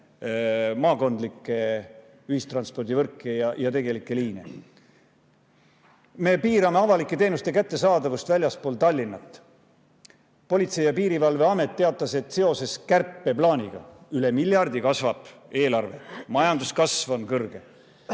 maakondlikke ühistranspordivõrke ja tegelikke liine. Me piirame avalike teenuste kättesaadavust väljaspool Tallinna. Politsei- ja Piirivalveamet teatas, et seoses kärpeplaaniga – üle miljardi kasvab eelarve, majanduskasv on kõrge,